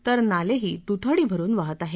तर नालेही दुथडी भरून वाहत आहेत